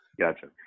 Gotcha